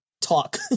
talk